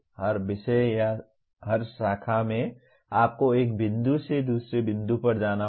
हर विषय या हर शाखा में आपको एक बिंदु से दूसरे बिंदु पर जाना होगा